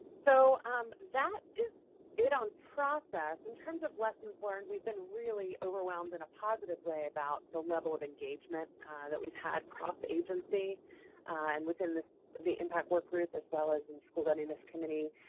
so um that is it on process. in terms of lessons learned, we've been really overwhelmed in a positive way about the level of engagement that we've had, cross-agency and within the the impact work group, as well as in school readiness committee,